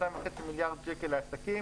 2.5 מיליארד שקל לעסקים.